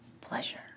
pleasure